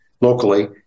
locally